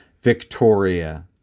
Victoria